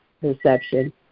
perception